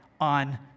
on